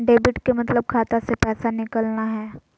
debit के मतलब खाता से पैसा निकलना हय